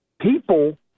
people